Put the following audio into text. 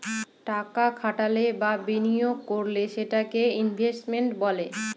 টাকা খাটালে বা বিনিয়োগ করলে সেটাকে ইনভেস্টমেন্ট বলে